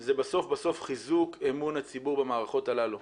זה בסוף בסוף חיזוק אמון הציבור במערכות הללו,